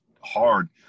hard